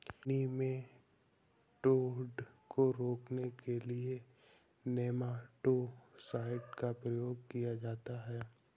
nematode को रोकने के लिए नेमाटो साइड का प्रयोग किया जाता है